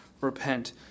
repent